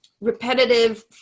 repetitive